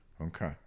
Okay